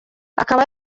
akaba